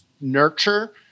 nurture